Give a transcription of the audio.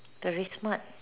very smart